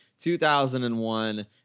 2001